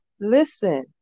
listen